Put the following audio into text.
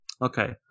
Okay